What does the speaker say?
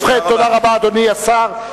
ובכן, תודה רבה, אדוני השר.